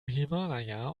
himalaya